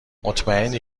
مطمئنی